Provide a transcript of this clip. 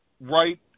right